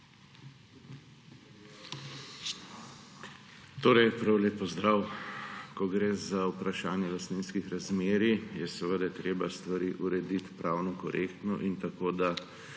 Torej prav lep pozdrav! Ko gre za vprašanje lastninskih razmerij, je seveda treba stvari urediti pravno korektno in tako, da